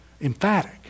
emphatic